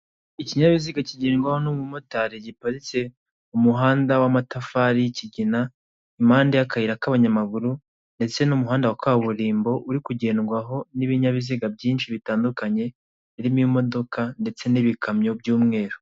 Ikinyabiziga kigendwaho n'umumotari, giparitse ku muhanda w'amatafari, Kigina, impande y'akayira k'abanyamaguru, ndetse n'umuhanda wa kaburimbo uri kugendwaho n'ibinyabiziga byinshi bitandukanye, birimo imodoka ndetse n'ibikamyo by'umweru.